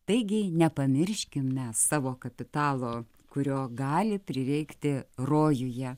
taigi nepamirškim mes savo kapitalo kurio gali prireikti rojuje